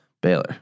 Baylor